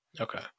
Okay